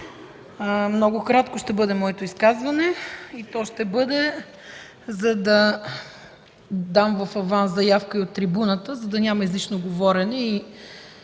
Моето изказване ще бъде много кратко, и то ще бъде, за да дам в аванс заявка и от трибуната, за да няма излишно говорене и